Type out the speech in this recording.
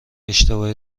اشتباه